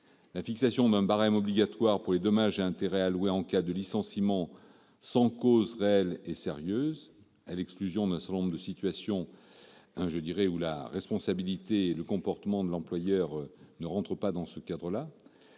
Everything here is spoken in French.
la fixation d'un barème obligatoire pour les dommages et intérêts alloués en cas de licenciement sans cause réelle et sérieuse, à l'exclusion d'un certain nombre de situations en raison de la responsabilité et du comportement de l'employeur. Nous approuvons, en